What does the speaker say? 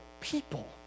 people